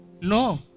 No